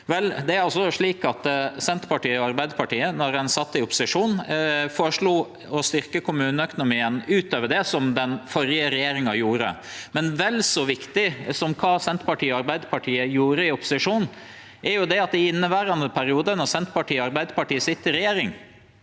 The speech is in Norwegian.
Senterpartiet og Arbeidarpartiet sat i opposisjon, føreslo ein å styrkje kommuneøkonomien utover det som den førre regjeringa gjorde. Men vel så viktig som kva Senterpartiet og Arbeidarpartiet gjorde i opposisjon, er at i inneverande periode, når Senterpartiet og Arbeidarpartiet sit i regjering,